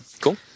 Cool